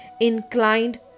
inclined